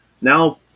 now